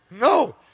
No